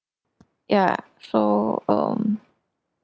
ya so um